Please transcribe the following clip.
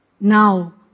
Now